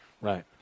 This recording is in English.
Right